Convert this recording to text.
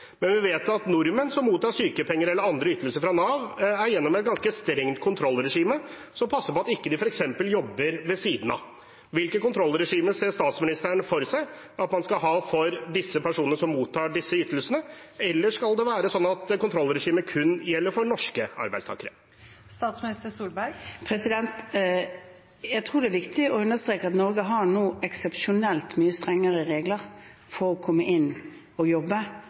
men vi vet at nordmenn som mottar sykepenger eller andre ytelser fra Nav, er gjennom et ganske strengt kontrollregime som passer på at de ikke f.eks. jobber ved siden av. Hvilket kontrollregime ser statsministeren for seg at man skal ha for disse personene, de som mottar disse ytelsene? Eller skal det være sånn at kontrollregimet kun gjelder for norske arbeidstakere? Jeg tror det er viktig å understreke at Norge nå har eksepsjonelt mye strengere regler for å komme inn og jobbe